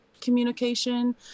communication